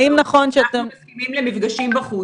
אנחנו מסכימים למפגשים בחוץ וזה אושר.